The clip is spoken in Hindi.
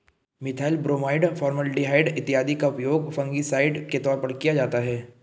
मिथाइल ब्रोमाइड, फॉर्मलडिहाइड इत्यादि का उपयोग फंगिसाइड के तौर पर किया जाता है